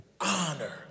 Honor